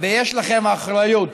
ויש לכם אחריות.